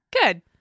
Good